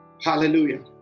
hallelujah